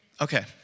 Okay